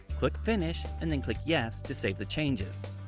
click finish, and then click yes to save the changes.